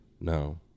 no